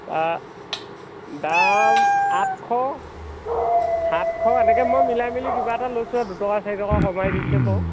তা দাম আঠশ সাতশ এনেকৈ মই মিলাই মেলি কিবা এটা লৈছোঁ আৰু দুটকা চাৰিটকা কমাই দিছে বাৰু